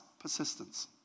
persistence